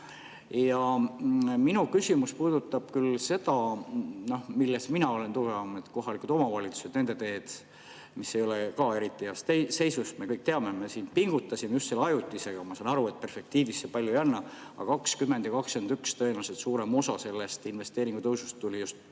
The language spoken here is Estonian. Minu küsimus puudutab küll seda, milles mina olen tugevam: kohalikud omavalitsused ja nende teed, mis ei ole ka eriti heas seisus, me kõik seda teame. Me siin pingutasime just selle ajutise [toetusega]. Ma saan aru, et perspektiivis see palju ei anna, aga 2020 ja 2021 tõenäoliselt suurem osa sellest investeeringutõusust tuli just